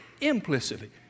implicitly